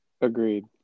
Agreed